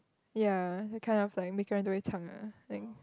ya that kind of like ah thing